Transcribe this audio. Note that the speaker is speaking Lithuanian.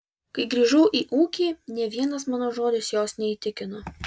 kai grįžau į ūkį nė vienas mano žodis jos neįtikino